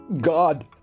God